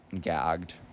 Gagged